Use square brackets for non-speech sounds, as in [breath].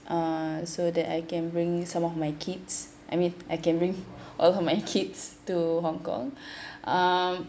uh so that I can bring some of my kids I mean I can bring all of my kids to hong kong [breath] uh